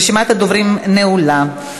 רשימת הדוברים נעולה.